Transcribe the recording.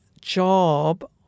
job